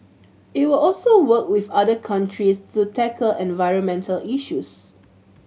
it will also work with other countries to tackle environmental issues